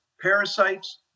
parasites